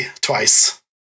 twice